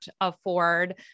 afford